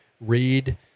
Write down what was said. read